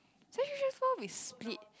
secondary school we split